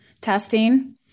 testing